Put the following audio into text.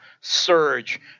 surge –